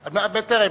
גנאים,